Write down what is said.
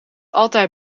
altijd